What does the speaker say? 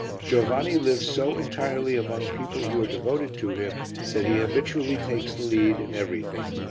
giovanni lives so entirely among people who are devoted to him that he habitually takes the lead in everything.